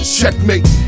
checkmate